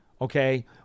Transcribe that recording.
Okay